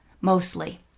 mostly